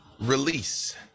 release